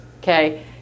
Okay